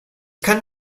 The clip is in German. kann